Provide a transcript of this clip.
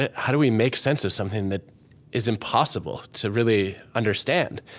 ah how do we make sense of something that is impossible to really understand,